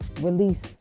release